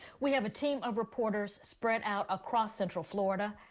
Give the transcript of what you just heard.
we have a team of reporters spread out across central florida.